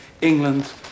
England